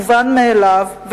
מובן מאליו.